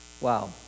Wow